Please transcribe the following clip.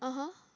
(uh huh)